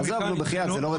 עזוב בחייאת זה לא רציני.